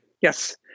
Yes